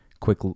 quick